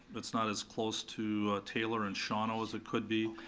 it's not as close to taylor and shauno as it could be.